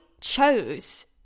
chose